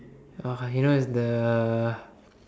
ya you know it's the